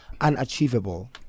unachievable